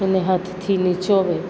અને હાથથી નીચોવે